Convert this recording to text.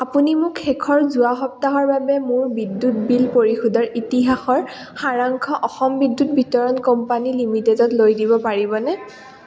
আপুনি মোক শেষৰ যোৱা সপ্তাহৰ বাবে মোৰ বিদ্যুৎ বিল পৰিশোধৰ ইতিহাসৰ সাৰাংশ অসম বিদ্যুৎ বিতৰণ কোম্পানী লিমিটেডলৈ দিব পাৰিবনে